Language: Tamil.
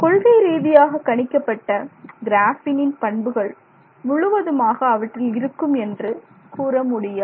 கொள்கை ரீதியாக கணிக்கப்பட்ட கிராஃபீனின் பண்புகள் முழுவதுமாக அவற்றில் இருக்கும் என்று கூற முடியாது